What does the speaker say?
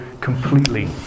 completely